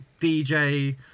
DJ